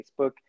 Facebook